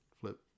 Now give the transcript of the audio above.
flip